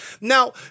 Now